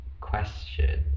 question